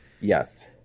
Yes